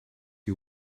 you